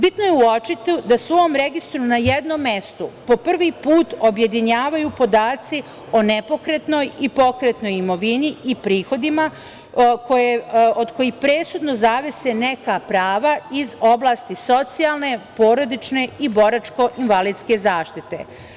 Bitno je uočiti da u ovom registru na jednom mestu po prvi put objedinjavaju podaci o nepokretnoj i pokretnoj imovini i prihodima od kojih presudno zavise neka prava iz oblasti socijalne, porodične i boračko invalidske zaštite.